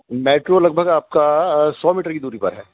metro لگ بھگ آپ کا سو میٹر کی دوری پر ہے